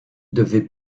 devait